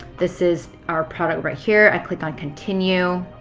this is our product right here. i click on continue.